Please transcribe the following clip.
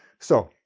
so,